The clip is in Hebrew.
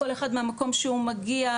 כל אחד מהמקום שהוא מגיע,